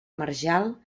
marjal